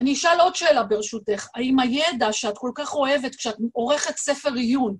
אני אשאל עוד שאלה ברשותך, האם הידע שאת כל כך אוהבת כשאת עורכת ספר עיון...